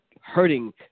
hurting